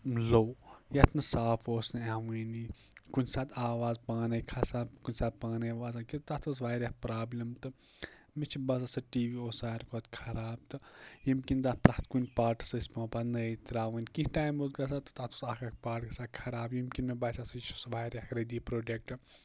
لوٚو یَتھ نہٕ صاف اوس نہٕ یِوانٕے کُنہِ ساتہٕ آواز پانَے کھَسان کُنہِ ساتہٕ پانَے وَسان کہِ تَتھ ٲسۍ واریاہ پرٛابلِم تہٕ مےٚ چھُ باسان سُہ ٹی وی اوس سارِوٕے کھۄتہٕ خراب تہٕ ییٚمہِ کِنۍ تتھ پرٛتھ کُنہِ پارٹٕس ٲسۍ پٮ۪وان پَتہٕ نٔے ترٛاوٕنۍ کیٚنٛہہ ٹایِم اوس گژھان تہٕ تَتھ اوس اَکھ اَکھ پارٹ گژھان خراب ییٚمہِ کِنۍ مےٚ باسیٛاو سُہ یہِ چھُ سُہ واریاہ رٔدی پرٛوڈَکٹہٕ